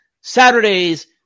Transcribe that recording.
Saturdays